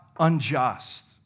unjust